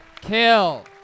kill